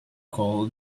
call